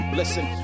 listen